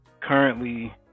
currently